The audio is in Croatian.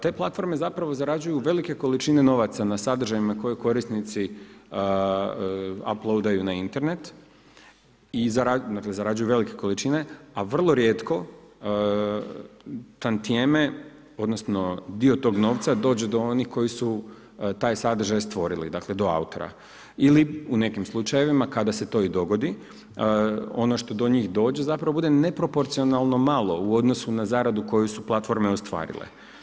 Te platforme zapravo zarađuju velike količine novaca na sadržajima koje korisnici uploadaju na Internet, dakle zarađuju velike količine, a vrlo rijetko tantijeme, odnosno dio tog novca dođe do onih koji su taj sadržaj stvorili, dakle do autora ili u nekim slučajevima kada se to dogodi, ono što do njih dođe zapravo bude neproporcionalno malo u odnosu na zaradu koje su platforme ostvarile.